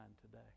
today